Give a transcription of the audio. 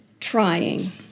trying